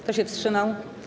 Kto się wstrzymał?